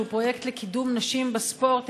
שהוא פרויקט לקידום נשים בספורט,